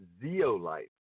Zeolite